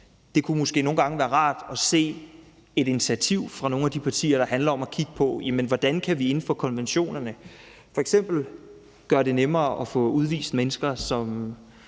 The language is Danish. at det måske nogle gange kunne være rart at se et initiativ fra nogle af de partier, der handler om at kigge på, hvordan vi inden for konventionerne f.eks. gør det nemmere at få udvist mennesker, som